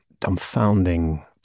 dumbfounding